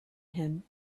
him